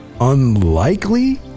unlikely